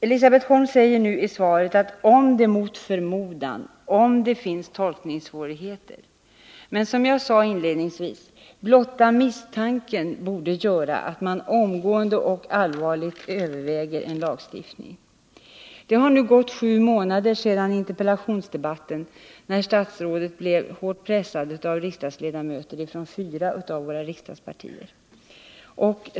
Elisabet Holm säger i svaret att hon skall aktualisera frågan om en särlagstiftning, om det mot förmodan förekommer omskärelse i Sverige och om det finns tolkningssvårigheter. Men, som jag sade inledningsvis, blotta misstanken att det förekommer omskärelse i Sverige borde föranleda regeringen att omgående och allvarligt överväga en lagstiftning. Det har nu gått sju månader sedan den interpellationsdebatt hölls då statsrådet blev hårt pressad av riksdagsledamöter från fyra av våra riksdagspartier.